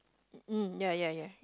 mm ya ya ya